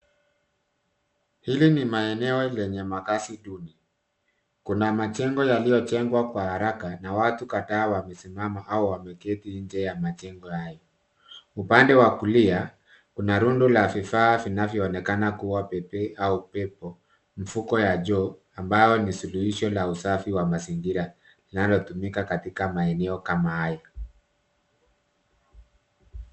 Hili ni maeneo lenye makazi duni. Kuna majengo yaliyojengwa kwa haraka na watu kadhaa wamesimama au wameketi nje ya majengo hayo. Upande wa kulia kuna rundo la vifaa vinavyoonekana kuwa pepee au pepo, mfuko ya choo ambao ni suluhisho la usafi wa mazingira linalotumika katika maeneo kama hayo.